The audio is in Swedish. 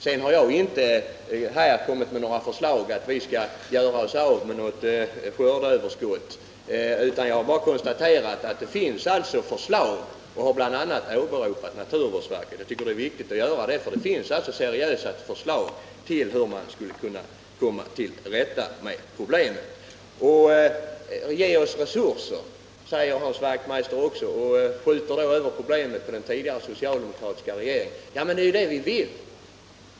Sedan vill jag säga att jag inte har framfört några förslag om att vi skall göra oss av med något skördeöverskott. Jag har bara konstaterat att det finns sådana förslag. Därvid åberopade jag bl.a. naturvårdsverket, och jag tycker det är viktigt att göra det, eftersom det finns seriösa förslag till hur man skulle kunna komma till rätta med problemet. Ge oss resurser, säger Hans Wachtmeister, och skjuter över problemet till den tidigare socialdemokratiska regeringen. Men det är ju det vi vill.